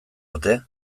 ote